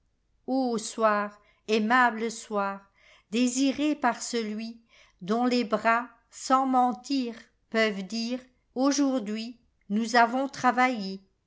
fauve soir aimable soir désiré par celui dont les bras sans mentir peuvent dire aujourd'hui nous avons travaillé